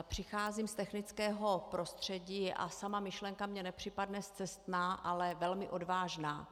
Přicházím z technického prostředí a sama myšlenka mi nepřipadne scestná, ale velmi odvážná.